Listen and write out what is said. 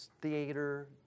theater